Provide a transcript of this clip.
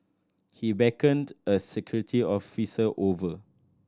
he beckoned a security officer over